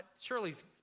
Shirley's